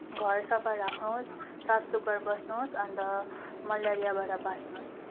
घर सफा राख्नुहोस् साफ सुग्घर बस्मुहोस् अन्त मलेरियाबाट बाँच्नुहोस्